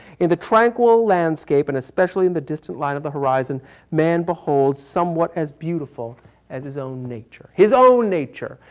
in the tranquil landscape and especially in the distant line of the horizon man beholds somewhat as beautiful as his own nature. his own nature.